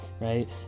right